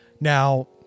Now